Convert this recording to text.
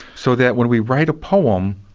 so that when we write a poem,